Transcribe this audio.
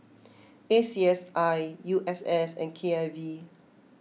A C S I U S S and K I V